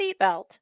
seatbelt